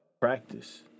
practice